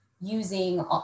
using